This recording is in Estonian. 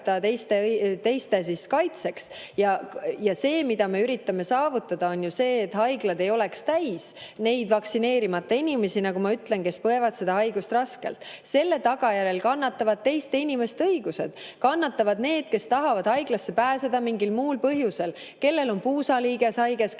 teiste kaitseks ja me üritame ju saavutada seda, et haiglad ei oleks täis vaktsineerimata inimesi, kes põevad seda haigust raskelt –, siis selle tagajärjel kannatavad teiste inimeste õigused. Kannatavad need, kes tahavad haiglasse pääseda mingil muul põhjusel: kellel on puusaliiges haige, kes